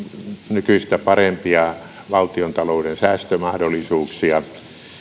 nykyistä parempia valtiontalouden säästömahdollisuuksia